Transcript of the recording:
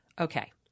okay